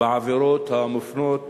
בעבירות המופנות